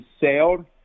sailed